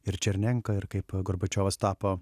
ir černenką ir kaip gorbačiovas tapo